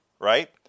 Right